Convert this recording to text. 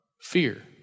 fear